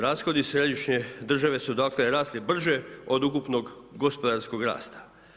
Rashodi središnje države su dakle, rasli brže od ukupnog gospodarskog rasta.